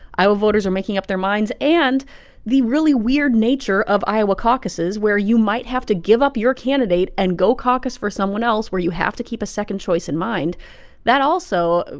iowa voters are making up their minds. and the really weird nature of iowa caucuses, where you might have to give up your candidate and go caucus for someone else, where you have to keep a second choice in mind that also,